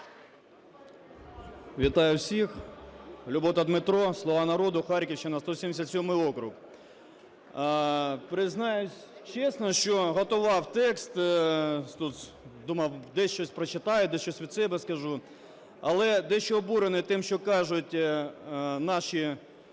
Вітаю усіх! Любота Дмитро, "Слуга народу", Харківщина, 177 округ. Признаюсь чесно, що готував текст, думав, десь щось прочитаю, десь щось від себе скажу, але дещо обурений тим, що кажуть наші